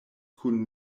kun